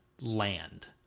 land